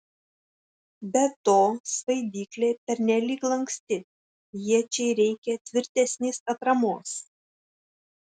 be to svaidyklė pernelyg lanksti iečiai reikia tvirtesnės atramos